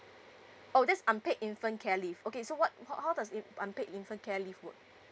oh that's unpaid infant care leave okay so what how how does it unpaid infant care leave work